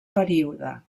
període